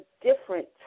different